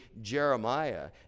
Jeremiah